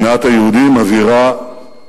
שנאת היהודים מבעירה